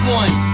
one